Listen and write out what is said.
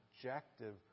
objective